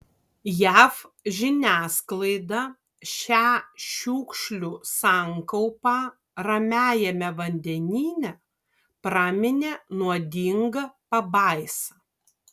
jav žiniasklaida šią šiukšlių sankaupą ramiajame vandenyne praminė nuodinga pabaisa